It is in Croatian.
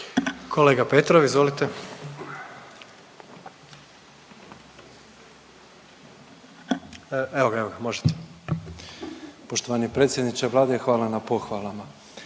Kolega Petrov, izvolite. Evo ga, evo ga, možete. **Petrov, Božo (MOST)** Poštovani predsjedniče Vlade, hvala na pohvalama.